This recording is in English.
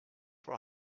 for